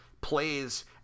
plays